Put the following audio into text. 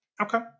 okay